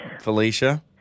Felicia